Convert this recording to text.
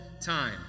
time